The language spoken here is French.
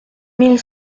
mille